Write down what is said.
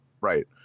Right